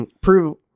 prove